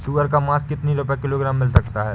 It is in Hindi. सुअर का मांस कितनी रुपय किलोग्राम मिल सकता है?